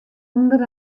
ûnder